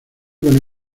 con